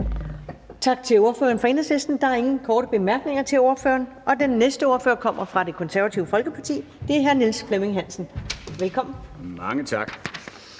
Tak til ordføreren for Enhedslisten. Der er ingen korte bemærkninger til ordføreren, og den næste ordfører kommer fra Det Konservative Folkeparti. Det er hr. Niels Flemming Hansen. Velkommen. Kl.